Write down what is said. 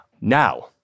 Now